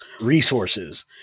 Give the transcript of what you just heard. resources